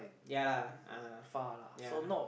ya lah ah ya